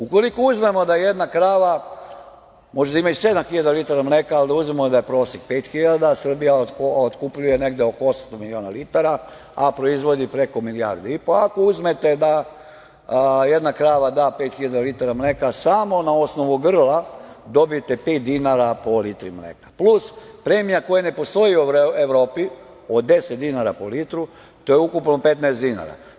Ukoliko uzmemo da jedna krava može da ima i 7.000 litara mleka, ali da uzmemo da je prosek 5.000, Srbija otkupljuje negde oko 800 miliona litara, a proizvodi preko milijardu i po, ako uzmete da jedna krava da 5.000 litara mleka, samo na osnovu grla dobijete pet dinara po litru mleka, plus premija koja ne postoji u Evropi, od 10 dinara po litru, to je ukupno 15 dinara.